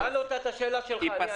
תשאל אותה את השאלה שלך.